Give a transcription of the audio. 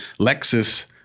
Lexus